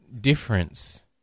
difference